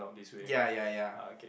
ya ya ya